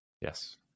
Yes